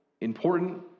important